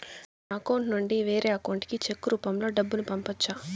నా అకౌంట్ నుండి వేరే అకౌంట్ కి చెక్కు రూపం లో డబ్బును పంపొచ్చా?